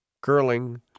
curling